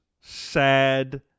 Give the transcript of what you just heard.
Sad